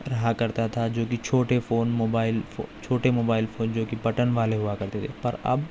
رہا کرتا تھا جو کہ چھوٹے فون موبائل چھوٹے موبائل فون جو کہ بٹن والے ہوا کرتے تھے پر اب